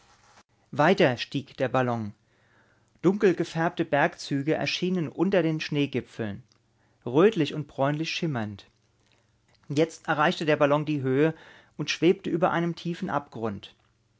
weiter stieg der ballon dunkel gefärbte bergzüge erschienen unter den schneegipfeln rötlich und bräunlich schimmernd jetzt erreichte der ballon die höhe und schwebte über einem tiefen abgrund